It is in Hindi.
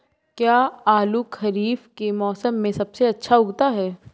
क्या आलू खरीफ के मौसम में सबसे अच्छा उगता है?